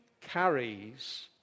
carries